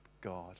God